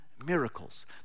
miracles